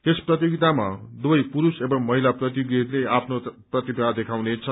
यस प्रतियोगितामा दुवै पुरूष एवं महिला प्रतियोगीहरूले आफ्नो प्रतिभा देखाउने छन्